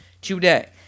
today